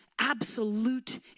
absolute